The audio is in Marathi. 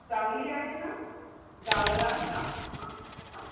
चांगली आहे ना गावरान हां हां हां